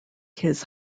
his